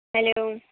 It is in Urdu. ہیلو